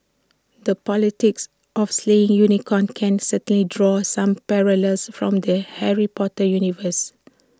the politics of slaying unicorns can certainly draw some parallels from the Harry Potter universe